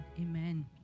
Amen